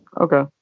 okay